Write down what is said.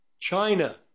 china